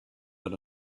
that